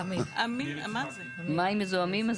מים מזוהמים?